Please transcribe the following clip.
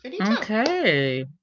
Okay